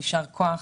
יישר כוח.